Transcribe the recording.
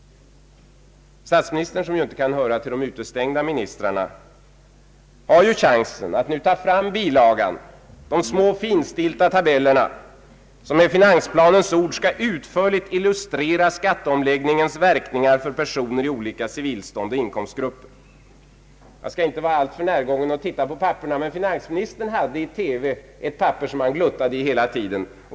Statsministern, som inte kan höra till de utestängda ministrarna, har chansen att nu ta fram bilagan — de små finstilta tabellerna — som, med finansplanens ord, skall utförligt illustrera skatteomläggningens verkningar för personer av olika civilstånd och i olika inkomstgrupper. Jag skall inte vara alltför närgången och titta på papperna, men finansministern hade i TV ett papper som han gluttade i hela tiden.